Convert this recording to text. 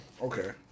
Okay